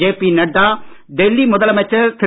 JP Nadda Delhi முதலமைச்சர் திரு